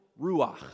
Ruach